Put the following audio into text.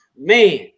man